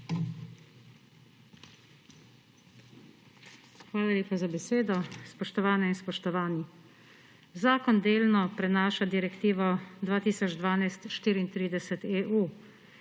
Hvala lepa za besedo. Spoštovane in spoštovani! Zakon delno prenaša Direktivo 2012/34/EU,